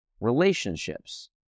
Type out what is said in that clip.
relationships